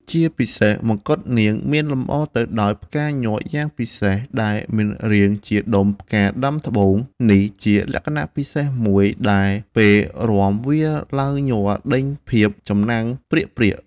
ជាពិសេសមកុដនាងមានលម្អទៅដោយផ្កាញ័រយ៉ាងពិសេសដែលមានរាងជាដុំផ្កាដាំត្បូង នេះជាលក្ខណៈពិសេសមួយដែលពេលរាំវាឡើងញ័រដេញភាពចំណាំងព្រាកៗ ។